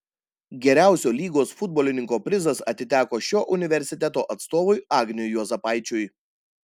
geriausio lygos futbolininko prizas atiteko šio universiteto atstovui agniui juozapaičiui